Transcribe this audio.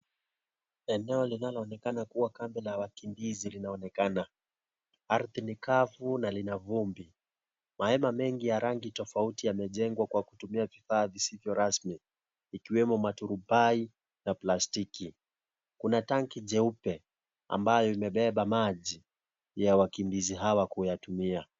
Eneo linaloonekana kuwa kambi la wakimbizi linaonekana ardhi ni kavu na lina vumbi mahema mengi ya rangi tofauti yamejengwa kwa kutumia vifaa visivyo rasmi ikiwemo maturubai na plastiki kuna tanki jeupe ambayo imebeba maji ya wakimbizi hawa kuyatumia.